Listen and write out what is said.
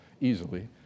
easily